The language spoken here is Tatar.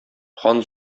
хан